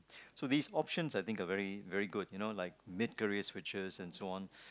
so these options I think are very very good you know like mid career switches and so on